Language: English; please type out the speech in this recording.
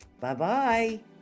Bye-bye